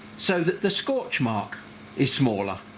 so that the scorch mark is smaller.